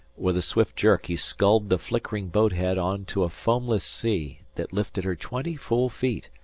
with a swift jerk he sculled the flickering boat-head on to a foamless sea that lifted her twenty full feet,